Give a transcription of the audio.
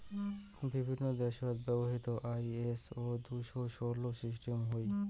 বিভিন্ন দ্যাশত ব্যবহৃত আই.এস.ও দুশো ষোল সিস্টাম হই